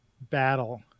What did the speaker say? battle